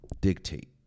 dictate